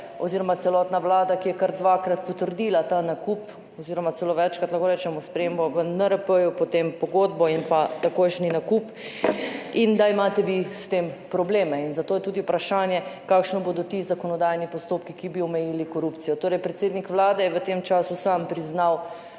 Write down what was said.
oziroma celotna Vlada, ki je kar dvakrat potrdila ta nakup oziroma celo večkrat lahko rečemo spremembo v NRP, potem pogodbo in pa takojšnji nakup in da imate vi s tem probleme. In zato je tudi vprašanje kakšni bodo ti zakonodajni postopki, ki bi omejili korupcijo. Torej, predsednik Vlade je v tem času sam priznal